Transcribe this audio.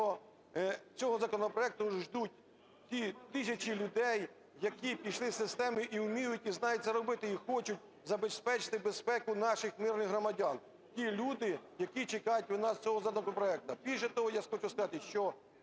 що цього законопроекту ждуть ті тисячі людей, які пішли з системи і вміють, і знають, як це робити, і хочуть забезпечити безпеку наших мирних громадян, ті люди, які чекають від нас цього законопроекту. Більше того, я хочу сказати, що